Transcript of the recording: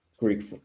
Greek